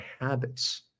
habits